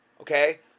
Okay